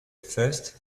first